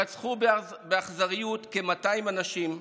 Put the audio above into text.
רצחו באכזריות כ-200 אנשים,